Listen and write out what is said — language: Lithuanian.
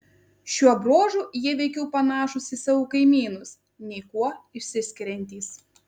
šiuo bruožu jie veikiau panašūs į savo kaimynus nei kuo išsiskiriantys